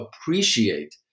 appreciate